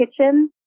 kitchen